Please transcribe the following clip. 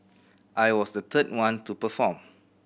I was the third one to perform